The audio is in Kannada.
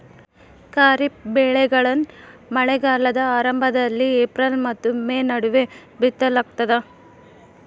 ಖಾರಿಫ್ ಬೆಳೆಗಳನ್ನ ಮಳೆಗಾಲದ ಆರಂಭದಲ್ಲಿ ಏಪ್ರಿಲ್ ಮತ್ತು ಮೇ ನಡುವೆ ಬಿತ್ತಲಾಗ್ತದ